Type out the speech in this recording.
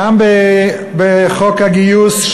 גם בחוק הגיוס,